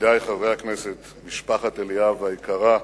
ידידי חברי הכנסת, משפחת אליאב היקרה,